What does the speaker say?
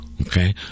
Okay